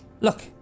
Look